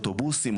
אוטובוסים,